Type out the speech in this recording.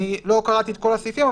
אני לא קראתי את כל הסעיפים,